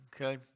Okay